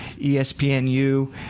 espnu